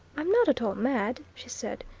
i'm not at all mad, she said.